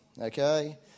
Okay